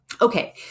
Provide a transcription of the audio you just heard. Okay